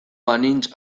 banintz